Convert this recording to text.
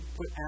put